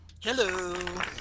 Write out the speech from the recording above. Hello